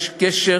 יש קשר